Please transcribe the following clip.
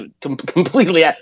completely